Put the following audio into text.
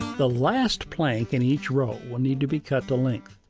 the last plank in each row will need to be cut to length.